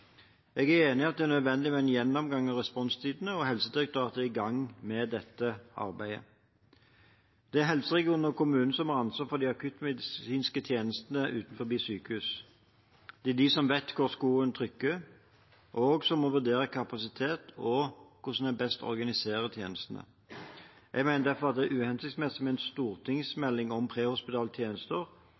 dette arbeidet. Det er helseregionene og kommunene som har ansvaret for de akuttmedisinske tjenestene utenfor sykehus. Det er de som vet hvor skoen trykker, og som må vurdere kapasitet og hvordan de best organiserer tjenestene. Jeg mener derfor det er uhensiktsmessig med en stortingsmelding om prehospitale tjenester